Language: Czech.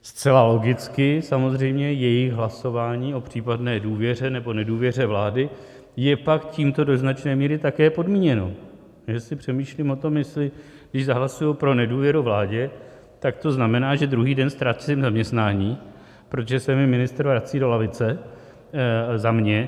Zcela logicky, samozřejmě, jejich hlasování o případné důvěře nebo nedůvěře vládě je pak tímto do značné míry také podmíněno, takže si přemýšlím o tom, jestli když hlasují pro nedůvěru vládě, tak to znamená, že druhý den ztrácím zaměstnání, protože se mi ministr vrací do lavice, za mě.